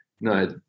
no